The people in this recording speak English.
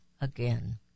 again